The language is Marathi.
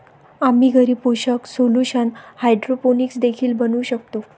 आम्ही घरी पोषक सोल्यूशन हायड्रोपोनिक्स देखील बनवू शकतो